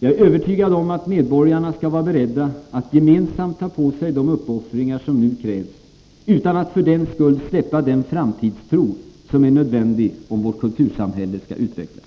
Jag är övertygad om att medborgarna skall vara beredda att gemensamt ta på sig de uppoffringar som nu krävs, utan att för den skull släppa den framtidstro som är nödvändig om vårt kultursamhälle skall utvecklas.